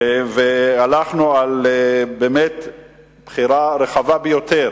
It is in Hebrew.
הלכנו באמת על בחירה רחבה ביותר,